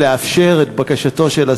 לאפשר את בקשתו של השר.